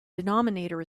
denominator